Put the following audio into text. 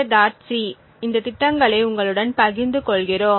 c இந்த திட்டங்களை உங்களுடன் பகிர்ந்து கொள்கிறோம்